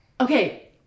Okay